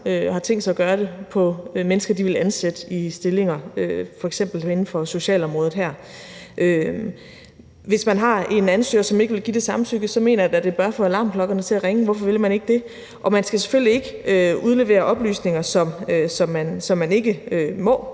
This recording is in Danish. og har tænkt sig at gøre det på mennesker, de vil ansætte i stillinger, f.eks. inden for socialområdet. Hvis man har en ansøger, som ikke vil give det samtykke, så mener jeg da, det bør få alarmklokkerne til at ringe. Hvorfor vil vedkommende ikke det? Og man skal selvfølgelig ikke udlevere oplysninger, som man ikke må